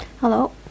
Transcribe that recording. Hello